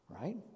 Right